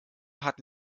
hat